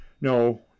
no